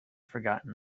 forgotten